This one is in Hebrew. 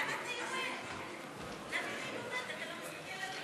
ותמיכה ביוזמות יישוביות ובית-ספריות מיוחדות.